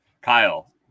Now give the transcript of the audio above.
Kyle